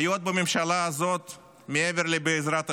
הבעיות בממשלה הזאת מעבר לבעזרת השם,